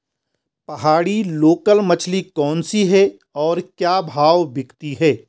पहाड़ी लोकल मछली कौन सी है और क्या भाव बिकती है?